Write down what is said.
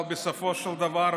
אבל בסופו של דבר,